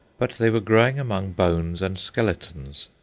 but they were growing among bones and skeletons,